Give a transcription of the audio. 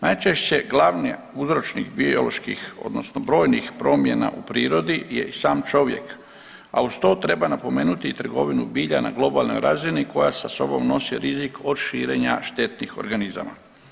Najčešće glavni uzročnik bioloških odnosno brojnih promjena u prirodi je i sam čovjek, a uz to treba napomenuti i trgovinu bilja na globalnoj razini koja sa sobom nosi rizik od širenja štetnih organizama.